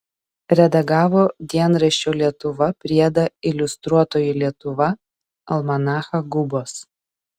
redagavo dienraščio lietuva priedą iliustruotoji lietuva almanachą gubos